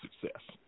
success